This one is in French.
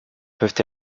peuvent